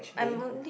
I'm only